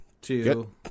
Two